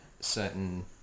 certain